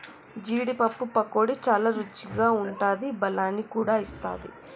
జీడీ పప్పు పకోడీ చాల రుచిగా ఉంటాది బలాన్ని కూడా ఇస్తది